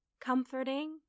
Comforting